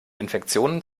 infektionen